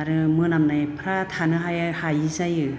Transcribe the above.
आरो मोनामनायफ्रा थानो हाया हायै जायो